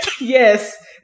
yes